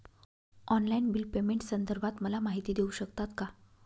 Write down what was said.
Online bill पेमेंटसंदर्भात मला माहिती देऊ शकतात का?